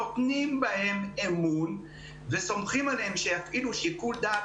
נותנים בהם אמון וסומכים עליהם שיפעילו שיקול דעת